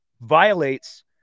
violates